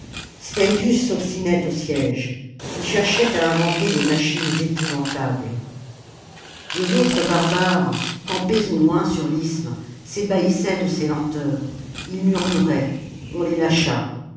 spendius s'obstinait au siège ii cherchait à inventer des machines épouvantables les autres barbares campés au loin sur l'isthme s'ébahissaient de ces lenteurs ils murmuraient on les